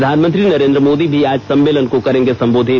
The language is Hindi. प्रधानमंत्री नरेंद्र मोदी भी आज सम्मेलन को करेंगे संबोधित